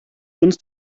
uns